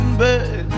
bird